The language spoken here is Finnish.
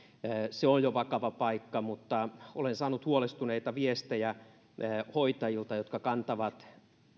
se on jo vakava paikka mutta olen saanut huolestuneita viestejä hoitajilta jotka kantavat